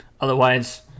otherwise